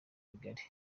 bigari